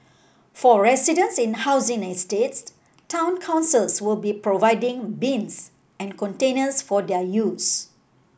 for residents in housing estates town councils will be providing bins and containers for their use